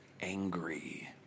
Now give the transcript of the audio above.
angry